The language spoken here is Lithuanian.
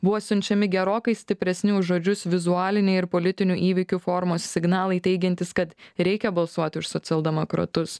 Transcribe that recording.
buvo siunčiami gerokai stipresni už žodžius vizualiniai ir politinių įvykių formos signalai teigiantys kad reikia balsuoti už socialdemokratus